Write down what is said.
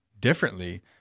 differently